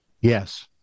Yes